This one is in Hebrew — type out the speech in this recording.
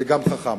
זה גם חכם.